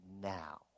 now